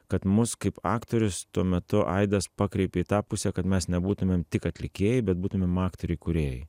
kad mus kaip aktorius tuo metu aidas pakreipė į tą pusę kad mes nebūtumėm tik atlikėjai bet būtumėm aktoriai kūrėjai